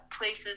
places